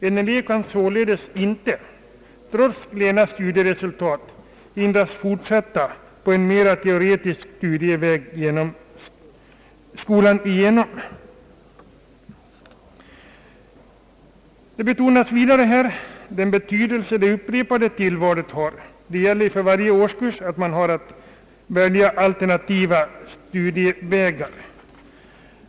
En elev kan således inte, trots klena studieresultat, hindras fortsätta på en mera teoretisk studieväg skolan igenom. Vidare betonas den betydelse det upprepade tillvalet har. Det gäller ju för varje årskurs att man har att välja mellan alternativa studievägar.